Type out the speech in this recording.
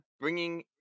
bringing